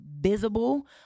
visible